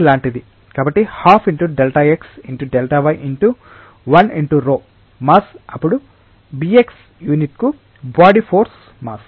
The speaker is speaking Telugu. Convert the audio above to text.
కాబట్టి 12 × Δx × Δy ×1× ρ మాస్ అప్పుడు bx యూనిట్కు బాడీ ఫోర్స్ మాస్